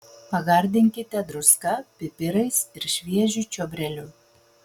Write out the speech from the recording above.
pagardinkite druska pipirais ir šviežiu čiobreliu